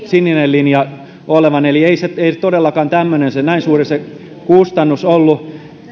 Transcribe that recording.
sininen linja olevan eli ei todellakaan näin suuri se kustannus ollut